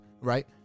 right